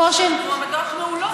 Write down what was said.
יש מועמדות מעולות.